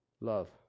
love